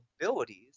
abilities